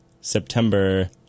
September